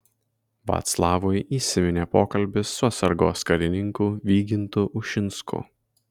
vaclavui įsiminė pokalbis su atsargos karininku vygintu ušinsku